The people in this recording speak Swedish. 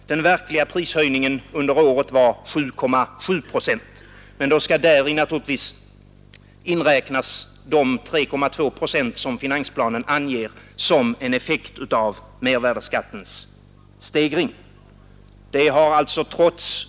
Den verkliga prishöjningen under året var 7,7 procent, men då skall däri naturligtvis inräknas de 3,2 procent som finansplanen anger som en effekt av mervärdeskattens stegring.